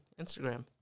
Instagram